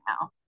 now